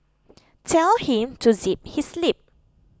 tell him to zip his lip